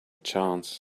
chance